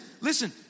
listen